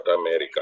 America